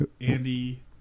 Andy